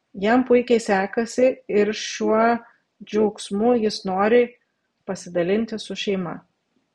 jam puikiai sekasi ir šiuo džiaugsmu jis nori pasidalinti su šeima